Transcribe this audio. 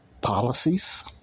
policies